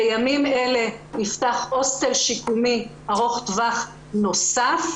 בימים אלה נפתח הוסטל שיקומי ארוך טווח נוסף.